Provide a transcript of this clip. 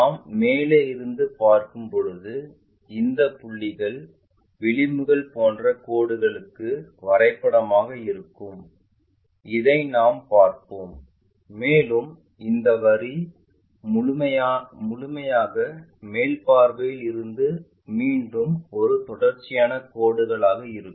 நாம் மேலே இருந்து பார்க்கும் போது இந்த புள்ளிகள் விளிம்புகள் போன்ற கோடுகளுக்கு வரைபடமாக இருக்கும் அதை நாம் பார்ப்போம் மேலும் இந்த வரி முழுமையாக மேல் பார்வையில் இருந்து மீண்டும் ஒரு தொடர்ச்சியான கோடுகளாக இருக்கும்